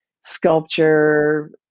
sculpture